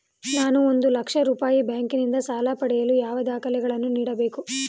ನಾನು ಒಂದು ಲಕ್ಷ ರೂಪಾಯಿ ಬ್ಯಾಂಕಿನಿಂದ ಸಾಲ ಪಡೆಯಲು ಯಾವ ದಾಖಲೆಗಳನ್ನು ನೀಡಬೇಕು?